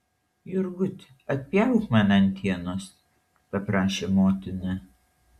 jurgut atpjauk man antienos paprašė motina